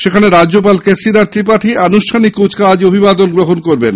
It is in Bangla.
সেখানে রাজ্যপাল কেশরীনাথ ত্রিপাঠী আনুষ্ঠানিক কুচকাওয়াজে অভিবাদন গ্রহণ করবেন